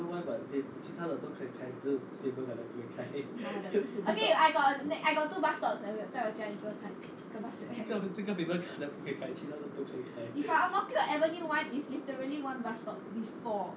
妈的 okay I got I got two bus stops 在我家 what bus you have but from ang mo kio avenue one is literally one bus stop before